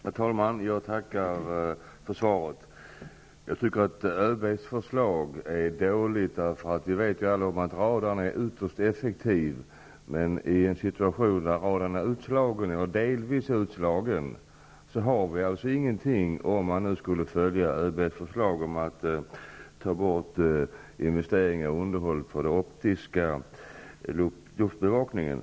Herr talman! Jag tackar för svaret. Jag tycker att ÖB:s förslag är dåligt. Vi vet alla att radarsystemet är ytterst effektivt. Men i en situation där det är utslaget helt eller delvis har vi ingenting, om man skulle följa ÖB:s förslag att ta bort investeringar i och underhåll av den optiska luftbevakningen.